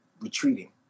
retreating